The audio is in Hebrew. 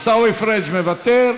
עיסאווי פריג' מוותר,